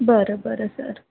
बरं बरं सर